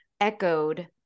echoed